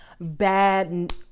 bad